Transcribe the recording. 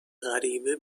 غریبه